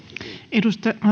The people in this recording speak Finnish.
arvoisa